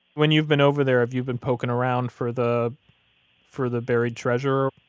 when you've been over there, have you've been poking around for the for the buried treasure,